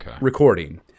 recording